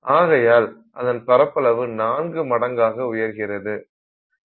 ஆகையால் அதன் பரப்பளவு நான்கு மடங்காக உயர்கிறது